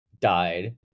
died